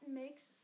makes